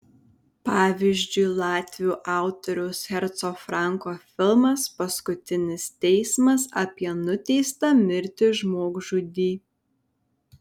pavyzdžiui latvių autoriaus herco franko filmas paskutinis teismas apie nuteistą mirti žmogžudį